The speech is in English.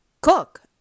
cook